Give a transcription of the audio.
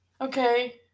okay